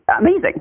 Amazing